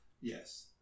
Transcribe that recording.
Yes